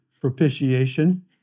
propitiation